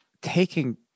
taking